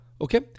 Okay